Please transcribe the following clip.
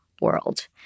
world